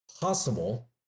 possible